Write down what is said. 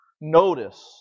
Notice